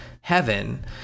heaven